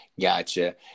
Gotcha